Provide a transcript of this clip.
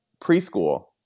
preschool